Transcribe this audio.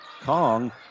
Kong